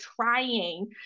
trying